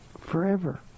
forever